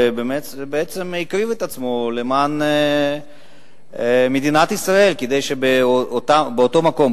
ובעצם הקריב את עצמו למען מדינת ישראל כדי שבאותו מקום,